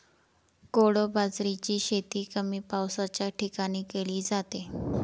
कोडो बाजरीची शेती कमी पावसाच्या ठिकाणी केली जाते